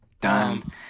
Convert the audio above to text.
done